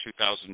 2,000